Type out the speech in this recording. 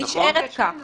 ונשארת כך.